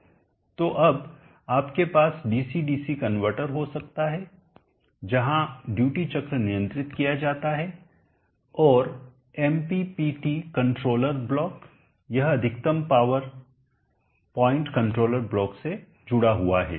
तो अब आपके पास डीसी डीसी कनवर्टर हो सकता है जहां ड्यूटी चक्र नियंत्रित किया जाता है और MPPT कंट्रोलर ब्लॉक एक अधिकतम पावर प्वाइंट कंट्रोलर ब्लॉक से जुड़ा हुआ है